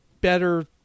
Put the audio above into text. better